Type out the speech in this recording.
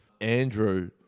Andrew